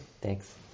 Thanks